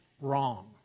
wrong